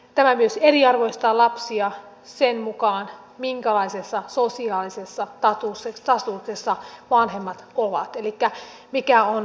tämä myös eriarvoistaa lapsia sen mukaan minkälaisessa sosiaalisessa statuksessa vanhemmat ovat elikkä mikä on perheen tilanne